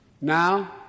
Now